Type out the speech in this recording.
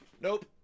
Nope